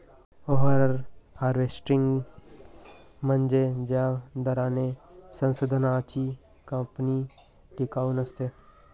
over harvesting म्हणजे ज्या दराने संसाधनांची कापणी टिकाऊ नसते